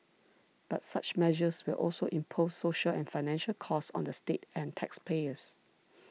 but such measures will also impose social and financial costs on the state and taxpayers